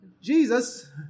Jesus